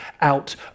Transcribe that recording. out